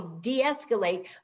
de-escalate